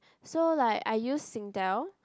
so like I use Singtel